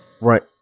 Right